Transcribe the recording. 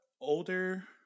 older